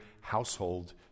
household